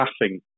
laughing